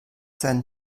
seinen